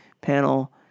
panel